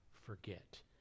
forget